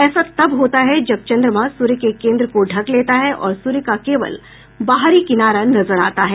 ऐसा तब होता है जब चंद्रमा सूर्य के केन्द्र को ढक लेता है और सूर्य का केवल बाहरी किनारा नजर आता है